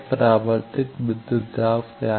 परावर्तित विद्युत दाब क्या है